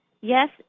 yes